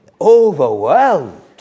Overwhelmed